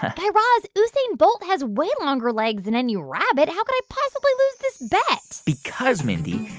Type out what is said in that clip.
guy raz, usain bolt has way longer legs than any rabbit. how could i possibly lose this bet? because, mindy,